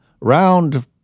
Round